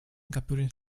capturing